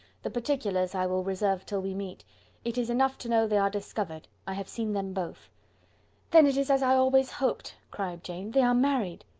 the particulars i reserve till we meet it is enough to know they are discovered. i have seen them both then it is as i always hoped, cried jane they are married!